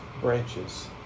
branches